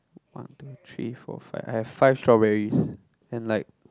one two three four five I have five strawberries and like